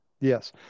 Yes